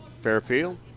Fairfield